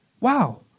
Wow